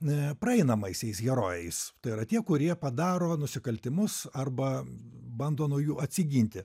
praeinamais herojais tai yra tie kurie padaro nusikaltimus arba bando nuo jų atsiginti